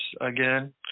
again